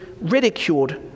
ridiculed